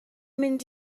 mynd